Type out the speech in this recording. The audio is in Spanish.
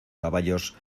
caballos